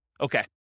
Okay